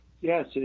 Yes